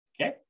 Okay